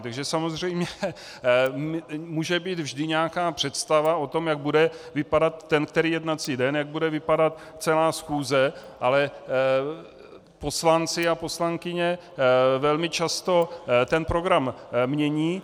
Takže samozřejmě může být vždy nějaká představa o tom, jak bude vypadat ten který jednací den, jak bude vypadat celá schůze, ale poslanci a poslankyně velmi často program mění.